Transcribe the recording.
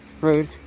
road